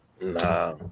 Nah